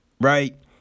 Right